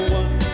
one